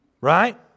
Right